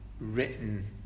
written